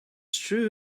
true